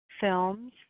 films